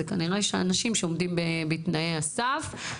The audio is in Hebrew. זה כנראה אנשים שעומדים בתנאי הסף,